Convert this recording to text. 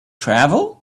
travel